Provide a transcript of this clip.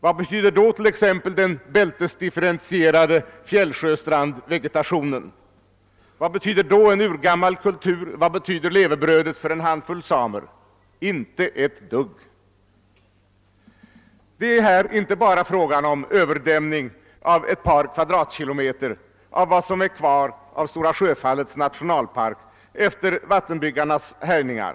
Vad betyder då t.ex. den bältesdifferentierade fjällsjöstrandvegetationen? Vad betyder då en urgammal kultur? Vad betyder levebrödet för en handfull samer? Inte ett dugg! Här är det inte bara fråga om överdämning av ett par kvadratkilometer av det som är kvar av Stora Sjöfallets nationalpark — efter = vattenbyggarnas härjningar.